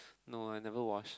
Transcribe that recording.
no I never wash